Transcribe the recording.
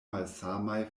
malsamaj